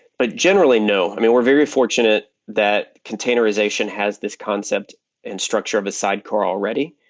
but generally, no. i mean, we're very fortunate that containerization has this concept and structure of a sidecar already.